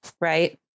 right